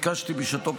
שביקשתי בשעתו,